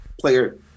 player